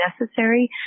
necessary